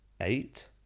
Eight